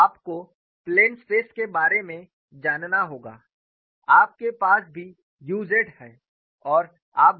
तो आपको plane stress के बारे में जानना होगा आपके पास भी u z है